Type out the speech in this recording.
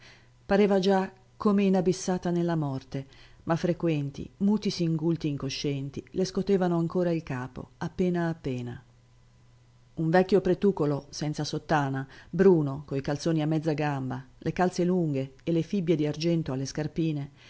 pareva già come inabissata nella morte ma frequenti muti singulti incoscienti le scotevano ancora il capo appena appena un vecchio pretucolo senza sottana bruno coi calzoni a mezza gamba le calze lunghe e le fibbie di argento alle scarpine